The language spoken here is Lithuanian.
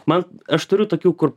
man aš turiu tokių kur